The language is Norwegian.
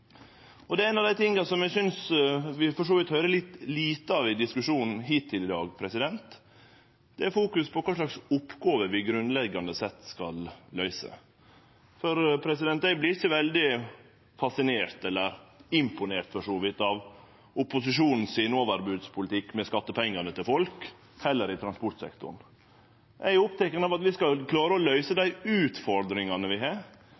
oppgåver å løyse. Ein av dei tinga som eg synest vi for så vidt har høyrt litt lite av i diskusjonen hittil i dag, er at det vert fokusert på kva slags oppgåver vi grunnleggjande sett skal løyse. Eg vert ikkje veldig fascinert, eller for så vidt imponert, av overbodspolitikken opposisjonen fører med skattepengane til folk, heller ikkje i transportsektoren. Eg er oppteken av at vi skal klare å løyse dei utfordringane vi har